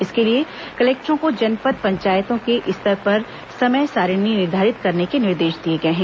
इसके लिए कलेक्टरों को जनपद पंचायतों के स्तर पर समय सारिणी निर्धारित करने के निर्देश दिए गए हैं